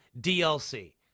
DLC